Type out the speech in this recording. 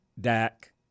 Dak